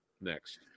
Next